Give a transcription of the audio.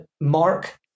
Mark